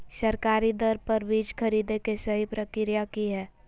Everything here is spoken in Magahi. सरकारी दर पर बीज खरीदें के सही प्रक्रिया की हय?